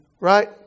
Right